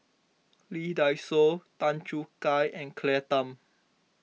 Lee Dai Soh Tan Choo Kai and Claire Tham